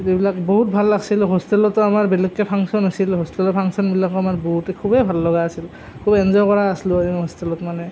এইবিলাক বহুত ভাল লাগিছিল হোষ্টেলতো আমাৰ বেলেগকৈ ফাংচন আছিল হোষ্টেলৰ ফাংচনবিলাকো আমাৰ বহুতেই খুবেই ভাল লগা আছিল খুব এঞ্জয় কৰা আছিলোঁ আমি হোষ্টেলত মানে